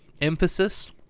emphasis